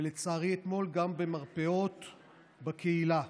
ולצערי, אתמול גם במרפאות בקהילה.